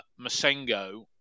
Masengo